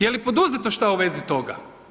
Je li poduzeto što u vezi toga?